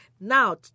Now